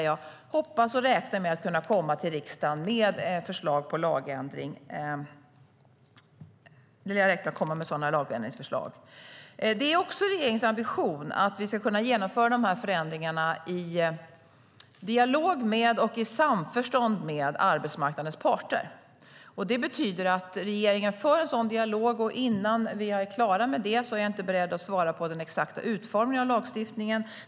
Jag hoppas och räknar med att kunna komma till riksdagen med sådana förslag till lagändring. Det är också regeringens ambition att vi ska kunna genomföra de förändringarna i dialog med och i samförstånd med arbetsmarknadens parter. Det betyder att regeringen för en sådan dialog. Innan vi är klara med det är jag inte beredd att svara på frågor om den exakta utformningen av lagstiftningen.